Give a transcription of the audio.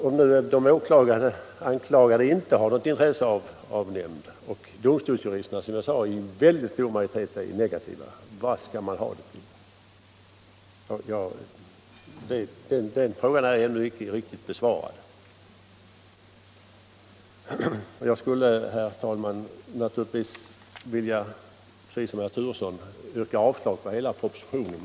Om nu de anklagade inte har något intresse av nämnd och en stor majoritet av domstolsjuristerna, som jag sade, är negativa — vad skall man då ha nämnden till? Den frågan är ännu inte ordentligt besvarad. Jag skulle, herr talman, naturligtvis precis som herr Turesson vilja yrka avslag på hela propositionen.